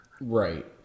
Right